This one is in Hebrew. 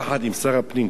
יחד עם שר הפנים,